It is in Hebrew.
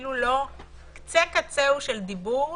אפילו לא קצה קצהו של דיבור